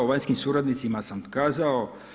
O vanjskim suradnicima sam kazao.